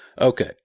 Okay